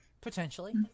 Potentially